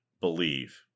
believe